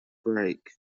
break